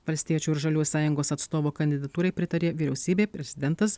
valstiečių ir žaliųjų sąjungos atstovo kandidatūrai pritarė vyriausybė prezidentas